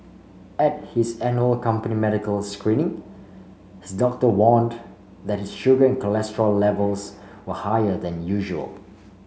at his annual company medical screening his doctor warned that his sugar cholesterol levels were higher than usual